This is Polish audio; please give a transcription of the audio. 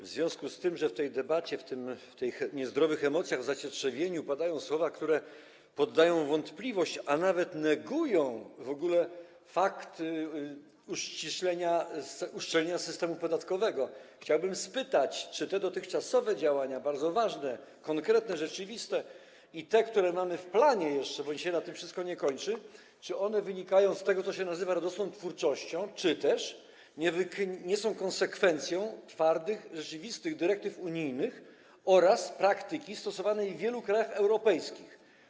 W związku z tym, że w tej debacie, w tych niezdrowych emocjach, zacietrzewieniu padają słowa, które podają w wątpliwość, a nawet negują w ogóle fakt uszczelnienia systemu podatkowego, chciałbym spytać, czy dotychczasowe działania, bardzo ważne, konkretne, rzeczywiste, i te, które mamy jeszcze w planie, bo na tym się wszystko nie kończy, wynikają z tego, co się nazywa radosną twórczością, czy też są konsekwencją twardych rzeczywistych dyrektyw unijnych oraz praktyki stosowanej w wielu krajach europejskich.